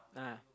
(uh huh)